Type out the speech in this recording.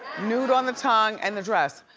nude on the tongue and the dress.